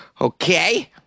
okay